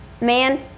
man